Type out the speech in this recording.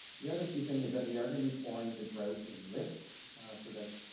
the other key thing is that we are gonna be pouring the grout in lifts so that,